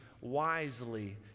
wisely